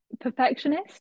perfectionist